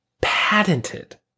patented